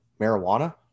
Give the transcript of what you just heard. marijuana